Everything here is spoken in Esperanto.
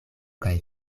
kaj